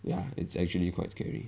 ya it's actually quite scary